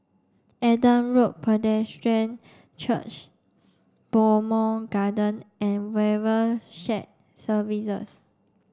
Adam Road Presbyterian Church Bowmont Gardens and Shared Services